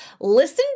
Listen